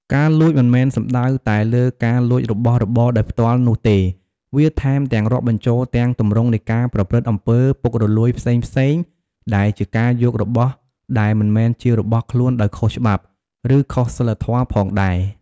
ការលួច មិនមែនសំដៅតែលើការលួចរបស់របរដោយផ្ទាល់នោះទេ វាថែមទាំងរាប់បញ្ចូលទាំងទម្រង់នៃការប្រព្រឹត្តអំពើពុករលួយផ្សេងៗ ដែលជាការយករបស់ដែលមិនមែនជារបស់ខ្លួនដោយខុសច្បាប់ ឬខុសសីលធម៌ផងដែរ។